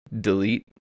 delete